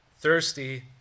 thirsty